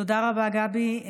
תודה רבה, גבי.